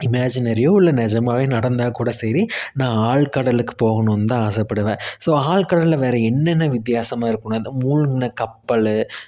இமேஜினரியோ இல்லை நிஜமாவே நடந்தால்கூட சரி நான் ஆழ்கடலுக்கு போகணும்னுதான் ஆசைப்படுவேன் ஸோ ஆழ்கடலில் வேறு என்னென்ன வித்தியாசமாக இருக்குன்னால் இந்த மூழ்கின கப்பல்